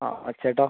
ആ ചേട്ടാ